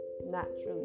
naturally